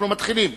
אנחנו מתחילים.